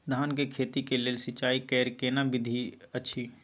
धान के खेती के लेल सिंचाई कैर केना विधी अछि?